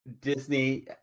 Disney